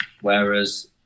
whereas